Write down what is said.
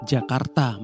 Jakarta